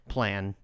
plan